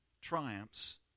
triumphs